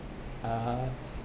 uh